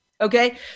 Okay